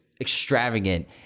extravagant